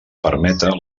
permeta